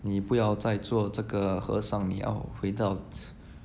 你不要再做这个和尚你要回到 t~